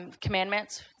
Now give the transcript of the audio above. Commandments